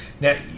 Now